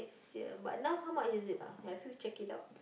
next year but now how much is it ah have you check it out